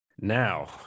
Now